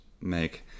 make